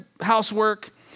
housework